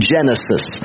Genesis